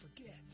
forget